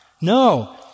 No